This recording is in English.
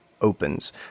opens